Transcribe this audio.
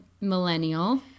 millennial